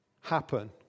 happen